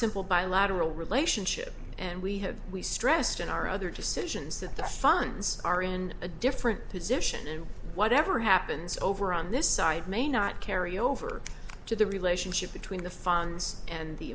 simple bilateral relationship and we have we stressed in our other decisions that the funds are in a different position and whatever happens over on this side may not carry over to the relationship between the funds and the